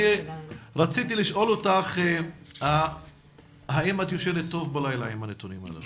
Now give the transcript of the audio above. אני רציתי לשאול אותך האם את ישנה טוב בלילה עם הנתונים הללו.